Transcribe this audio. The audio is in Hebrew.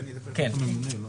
כן.